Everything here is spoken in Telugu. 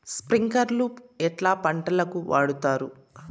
స్ప్రింక్లర్లు ఎట్లా పంటలకు వాడుతారు?